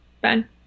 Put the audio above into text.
Ben